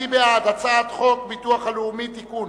מי בעד הצעת חוק הביטוח הלאומי (תיקון,